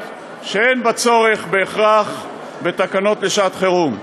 שאין בה צורך בהכרח בתקנות לשעת-חירום.